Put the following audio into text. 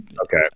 okay